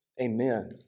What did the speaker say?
Amen